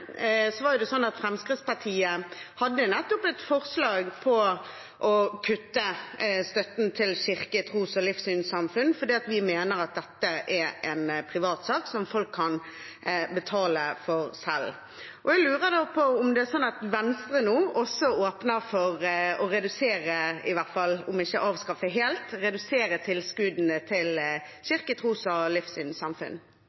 Fremskrittspartiet nettopp et forslag om å kutte støtten til kirke og tros- og livssynssamfunn fordi vi mener dette er en privat sak som folk kan betale for selv. Jeg lurer da på om det er sånn at Venstre nå også åpner for i hvert fall å redusere, om ikke avskaffe helt, tilskuddene til